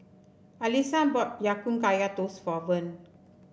Alysa bought Ya Kun Kaya Toast for Verne